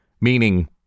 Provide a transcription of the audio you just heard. Meaning